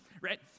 right